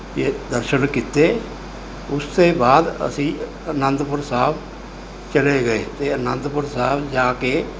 ਦੇ ਦਰਸ਼ਨ ਕੀਤੇ ਉਸ ਤੋਂ ਬਾਅਦ ਅਸੀਂ ਅਨੰਦਪੁਰ ਸਾਹਿਬ ਚਲੇ ਗਏ ਅਤੇ ਆਨੰਦਪੁਰ ਸਾਹਿਬ ਜਾ ਕੇ